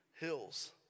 hills